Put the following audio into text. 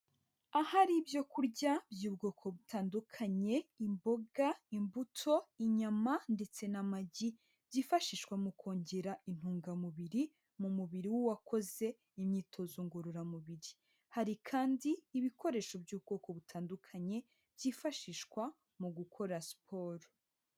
Ahari ibyo kurya by'ubwoko butandukanye, imboga, imbuto, inyama, ndetse n'amagi byifashishwa mu kongera intungamubiri mu mubiri w'uwakoze imyitozo ngororamubiri. Hari kandi ibikoresho by'ubwoko butandukanye byifashishwa mu gukora siporo.